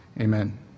amen